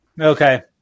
Okay